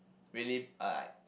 really like